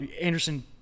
Anderson